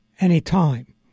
anytime